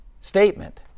statement